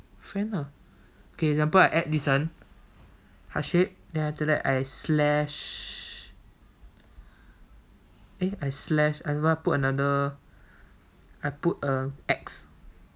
friend lah okay so example I add this one heart shape then after that I slash eh I slash I also want I put another I put a X